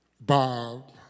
Bob